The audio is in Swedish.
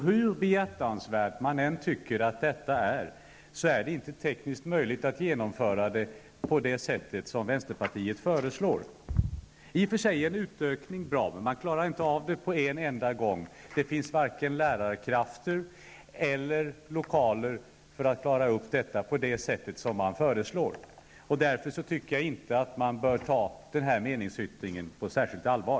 Hur behjärtansvärt man än tycker att detta är, så är det inte tekniskt möjligt att genomföra vänsterpartiets förslag. I och för sig är en utökning av antalet platser bra, men man klarar inte av att göra en så stor utökning på en enda gång. Det finns varken lärarkrafter eller lokaler härför. Därför anser jag inte att vänsterpartiets meningsyttring bör tas på allvar.